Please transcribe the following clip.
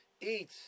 eat